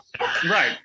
Right